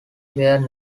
were